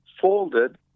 folded